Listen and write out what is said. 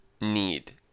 need